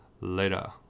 Later